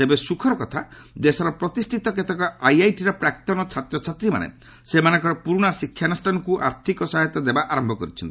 ତେବେ ସ୍ରଖର କଥା ଦେଶର ପ୍ରତିଷ୍ଠିତ କେତେକ ଆଇଆଇଟିର ପ୍ରାକ୍ତନ ଛାତ୍ରଛାତ୍ରୀମାନେ ସେମାନଙ୍କର ପୁରୁଣା ଶିକ୍ଷାନୁଷ୍ଠାନକୁ ଆର୍ଥକ ସହାୟତା ଦେବା ଆରମ୍ଭ କରିଛନ୍ତି